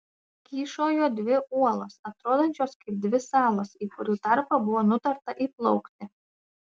kyšojo dvi uolos atrodančios kaip dvi salos į kurių tarpą buvo nutarta įplaukti